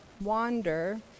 wander